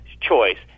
choice